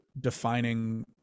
defining